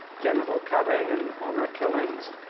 genital cutting and honor killings,